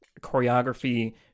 choreography